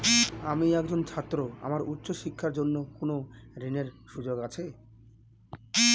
আমি একজন ছাত্র আমার উচ্চ শিক্ষার জন্য কোন ঋণের সুযোগ আছে?